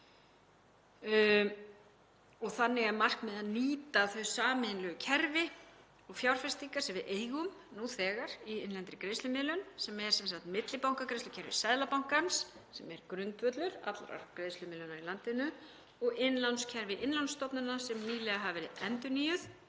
Markmiðið er því að nýta þau sameiginlegu kerfi og fjárfestingar sem við eigum nú þegar í innlendri greiðslumiðlun, sem er sem sagt millibankagreiðslukerfi Seðlabankans sem er grundvöllur allrar greiðslumiðlunar í landinu og innlánskerfi innlánsstofnana sem nýlega hafa verið endurnýjuð,